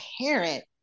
parent